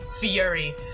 Fury